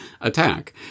attack